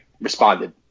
responded